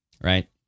Right